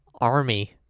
Army